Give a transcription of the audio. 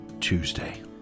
Tuesday